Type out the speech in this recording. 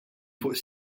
fuq